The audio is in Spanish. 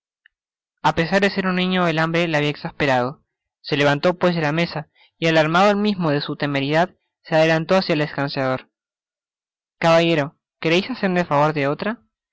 oliverio apesar de ser un niño el hambre le habia exasperado se levantó pues de la mesa y alarmado el mismo de su temeridad se adelantó haaia el escanciador caballero quereis hacerme el favor de otra el